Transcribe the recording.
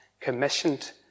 commissioned